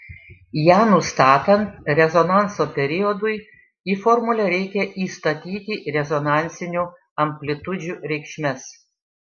ją nustatant rezonanso periodui į formulę reikia įstatyti rezonansinių amplitudžių reikšmes